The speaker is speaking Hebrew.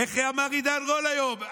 איך אמר עידן רול היום,